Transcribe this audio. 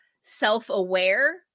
self-aware